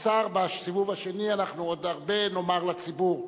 השר, בסיבוב השני אנחנו עוד הרבה נאמר לציבור.